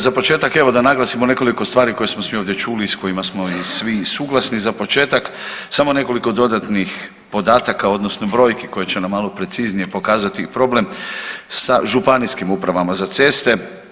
Za početak, evo da naglasimo nekoliko stvari koje smo svi ovdje čuli i s kojima smo i svi suglasni, za početak, samo nekoliko dodatnih podataka odnosno brojki koje će nam malo preciznije pokazati problem sa županijskim upravama za ceste.